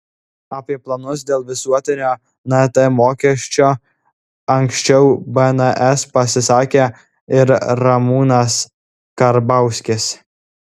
apie planus dėl visuotinio nt mokesčio anksčiau bns pasisakė ir ramūnas karbauskis